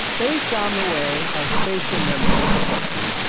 based on the way our spatial memory works.